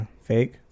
fake